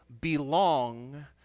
belong